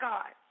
God